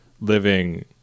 living